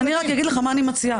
אגיד לך מה אני מציעה,